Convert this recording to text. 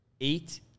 eight